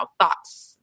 thoughts